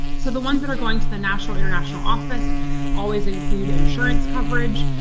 so the ones that are going to the national-international office always include insurance coverage.